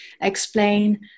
explain